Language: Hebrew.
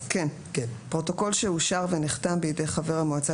פרוטוקול שאושר ונחתם בידי חבר המועצה